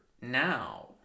now